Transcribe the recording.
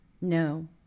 No